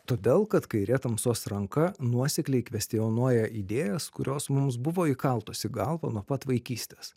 todėl kad kairė tamsos ranka nuosekliai kvestionuoja idėjas kurios mums buvo įkaltos į galvą nuo pat vaikystės